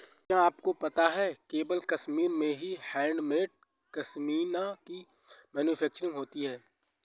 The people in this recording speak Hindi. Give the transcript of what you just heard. क्या आपको पता है केवल कश्मीर में ही हैंडमेड पश्मीना की मैन्युफैक्चरिंग होती है